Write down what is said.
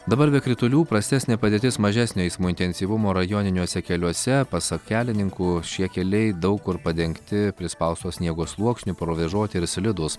dabar be kritulių prastesnė padėtis mažesnio eismo intensyvumo rajoniniuose keliuose pasak kelininkų šie keliai daug kur padengti prispausto sniego sluoksniu provėžoti ir slidūs